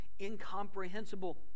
incomprehensible